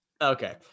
Okay